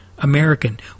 American